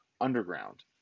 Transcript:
Underground